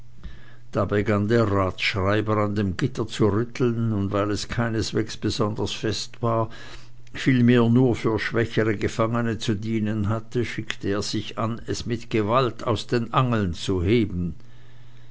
da begann der ratsschreiber an dem gitter zu rütteln und weil es keineswegs besonders fest war vielmehr nur für schwächere gefangene zu dienen hatte schickte er sich an es mit gewalt aus den angeln zu heben